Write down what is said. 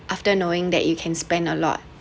after knowing that you can spend a lot